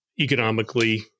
economically